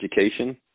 education